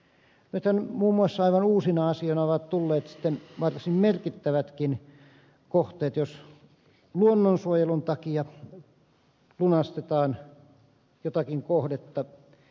nythän muun muassa aivan uusina asioina ovat tulleet varsin merkittävätkin kohteet jos luonnonsuojelun takia lunastetaan jotakin kohdetta